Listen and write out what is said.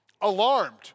alarmed